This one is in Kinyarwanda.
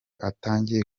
atangiye